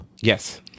yes